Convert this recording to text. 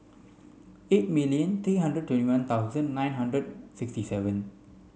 eight million three hundred twenty one thousand nine hundred sixty seven